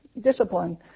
discipline